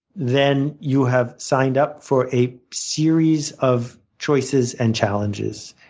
then you have signed up for a series of choices and challenges.